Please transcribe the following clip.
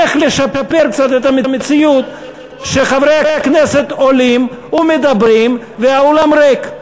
איך לשפר קצת את המציאות שחברי הכנסת עולים ומדברים והאולם ריק.